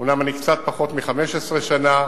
אומנם אני קצת פחות מ-15 שנה,